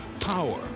power